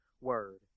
word